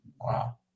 Wow